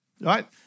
right